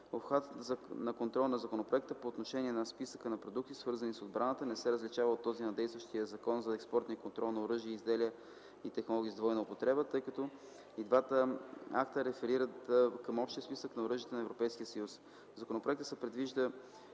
Обхватът на контрол на законопроекта по отношение на списъка на продукти, свързани с отбраната, не се различава от този на действащия Закон за експортния контрол на оръжия и изделия и технологии с двойна употреба, тъй като и двата акта реферират към Общия списък на оръжията на Европейския съюз. В законопроекта се предвиждат